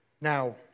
Now